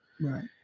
Right